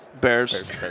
bears